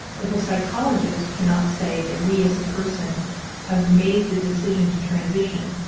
if a psychologist cannot say that we as a person have made the decision to transition,